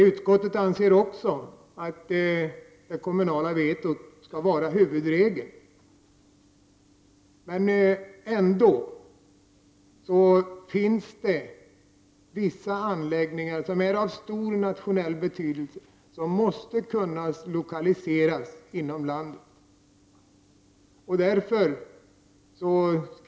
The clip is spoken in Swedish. Utskottet anser också att det kommunala vetot skall vara huvudregel, men det finns ändå vissa anläggningar som är av stor nationell betydelse och som måste kunna lokaliseras inom landet.